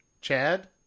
chad